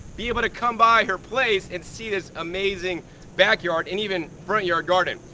be able to come by her place and see this amazing backyard and even front yard garden.